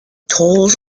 tolls